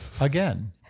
Again